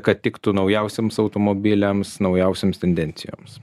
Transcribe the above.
kad tiktų naujausiems automobiliams naujausioms tendencijoms